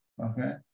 Okay